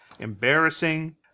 Embarrassing